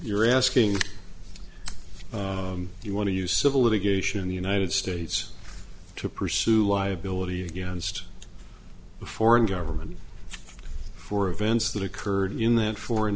you're asking if you want to use civil litigation in the united states to pursue liability against a foreign government for events that occurred in that foreign